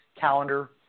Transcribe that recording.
calendar